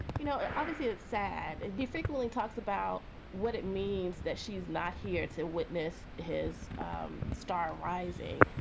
you know, obviously, it's sad. and he frequently talks about what it means that she's not here to witness his um star rising.